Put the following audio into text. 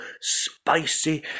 spicy